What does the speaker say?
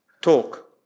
talk